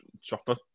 Chopper